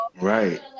Right